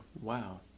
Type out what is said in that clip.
Wow